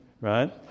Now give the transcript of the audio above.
right